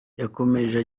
yakomeje